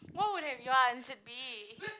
what would have your answer be